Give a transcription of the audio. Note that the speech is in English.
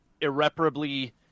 irreparably